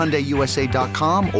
HyundaiUSA.com